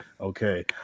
Okay